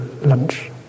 lunch